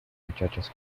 muchachas